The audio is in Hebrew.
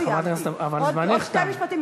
חברת הכנסת, אבל זמנך תם.